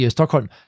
Stockholm